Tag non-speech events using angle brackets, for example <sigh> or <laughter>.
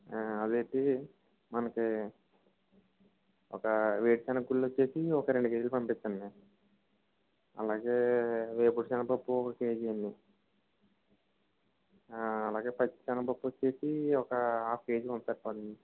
అది ఒకిటి మనకి ఒక వేరుశెనగగుళ్ళొచ్చేసి ఒక రెండు కేజీలు పంపిచ్చండి అలాగే వేపుడుసెనగపప్పు ఒక కేజీ అండి అలాగే పచ్చిసెనగపప్పు వచ్చేసి ఒక హాఫ్ కేజీ <unintelligible>